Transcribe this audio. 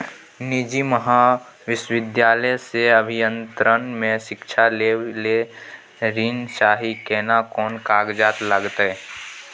निजी महाविद्यालय से अभियंत्रण मे शिक्षा लेबा ले ऋण चाही केना कोन कागजात लागतै?